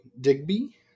Digby